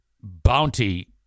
bounty